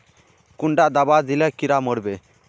कुंडा दाबा दिले कीड़ा मोर बे?